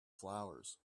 flowers